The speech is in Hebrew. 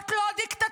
זאת לא דיקטטורה,